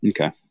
Okay